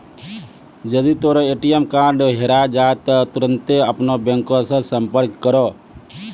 जदि तोरो ATM card हेराय जाय त तुरन्ते अपनो बैंको से संपर्क करो